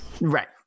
Right